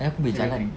then aku boleh jalan